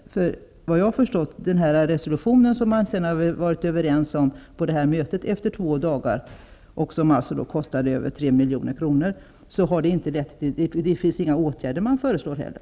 Såvitt jag har förstått har denna resolution -- som man på detta möte, som alltså har kostat över 3 milj.kr., efter två dagar blev överens om -- inte lett till några åtgärder.